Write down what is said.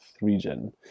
region